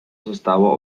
zostało